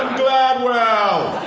gladwell.